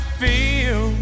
feel